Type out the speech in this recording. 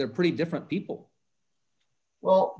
they're pretty different people well